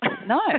No